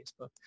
Facebook